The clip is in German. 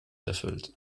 erfüllt